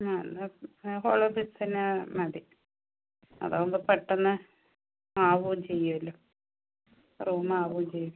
ആ എന്നാൽ hollow bricks തന്നെ മതി അതാകുമ്പോൾ പെട്ടെന്ന് ആകുകയും ചെയ്യുവല്ലോ റൂമാവുകയും ചെയ്യും